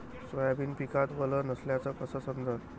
Soybean पिकात वल नसल्याचं कस समजन?